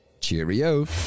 Cheerio